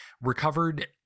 recovered